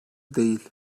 değil